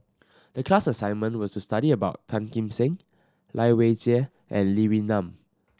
the class assignment was to study about Tan Kim Seng Lai Weijie and Lee Wee Nam